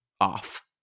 off